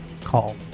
call